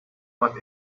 what